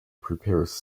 prepares